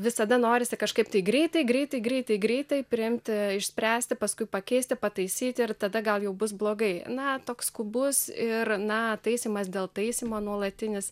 visada norisi kažkaip tai greitai greitai greitai greitai priimti išspręsti paskui pakeisti pataisyti ir tada gal jau bus blogai na toks skubus ir na taisymas dėl taisymo nuolatinis